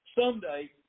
Someday